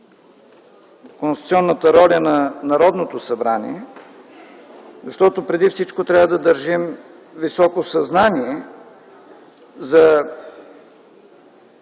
конституционната роля на Народното събрание, защото преди всичко трябва да държим високо съзнание за